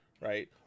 Right